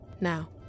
Now